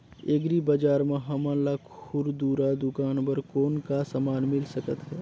Agri बजार म हमन ला खुरदुरा दुकान बर कौन का समान मिल सकत हे?